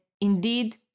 indeed